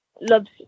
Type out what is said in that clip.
loves